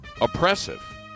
oppressive